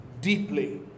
deeply